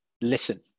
listen